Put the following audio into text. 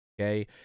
okay